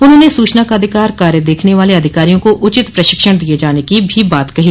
उन्होंने सूचना का अधिकार कार्य देखने वाले अधिकारियों को उचित प्रशिक्षण दिये जाने की भी बात कही